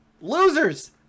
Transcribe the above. Losers